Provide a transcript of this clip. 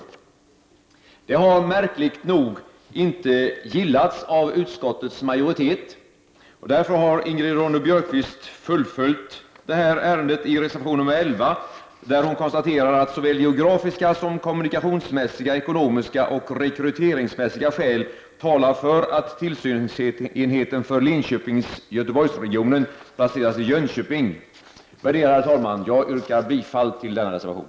Vårt förslag har märkligt nog inte gillats av utskottets majoritet, och därför har Ingrid Ronne-Björkqvist fullföljt ärendet i reservation 11, där hon konstaterar att såväl geografiska som kommunikationsmässiga, ekonomiska och rekryteringsmässiga skäl talar för att tillsynsenheten för Linköping-Göteborgsregionen placeras i Jönköping. Värderade talman! Jag yrkar bifall till denna reservation.